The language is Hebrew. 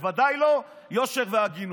בוודאי לא יושר והגינות.